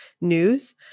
news